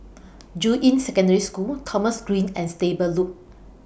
Juying Secondary School Thomson Green and Stable Loop